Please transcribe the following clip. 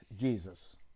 Jesus